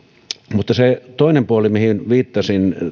mutta se toinen puoli mihin viittasin